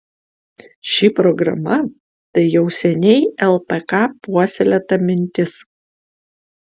ši programa tai jau seniai lpk puoselėta mintis